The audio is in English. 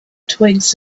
twigs